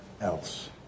else